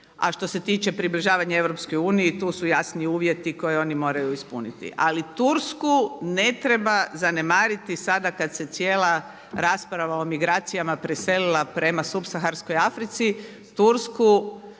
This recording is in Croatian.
A što se tiče približavanja EU tu su jasni uvjeti koje oni moraju ispuniti. Ali Tursku ne treba zanemariti sada kad se cijela rasprava o migracijama preselila prema supsaharskoj Africi, Tursku